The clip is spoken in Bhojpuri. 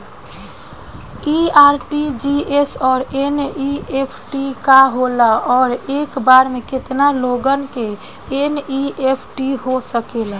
इ आर.टी.जी.एस और एन.ई.एफ.टी का होला और एक बार में केतना लोगन के एन.ई.एफ.टी हो सकेला?